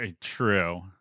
True